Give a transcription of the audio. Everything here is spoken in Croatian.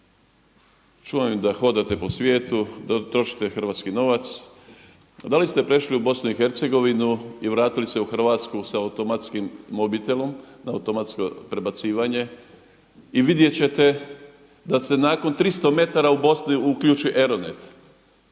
Čujem da hodate po svijetu, da trošite hrvatski novac, a da li ste prešli u Bosnu i Hercegovinu i vratili se u Hrvatsku sa automatskim mobitelom na automatsko prebacivanje i vidjet ćete da se nakon tristo metara u Bosni uključi ERONET.